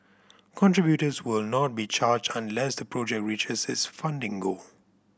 contributors will not be charged unless the project reaches its funding goal